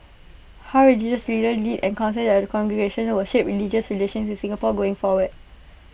how religious leaders lead and counsel their congregations will shape religious relations in Singapore going forward